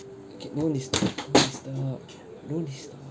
okay don't disturb don't disturb don't disturb